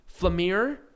Flamir